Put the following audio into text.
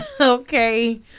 Okay